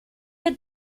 che